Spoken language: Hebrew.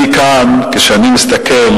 כשאני מסתכל,